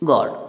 God